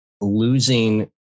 losing